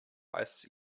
ice